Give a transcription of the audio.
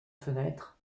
fenêtres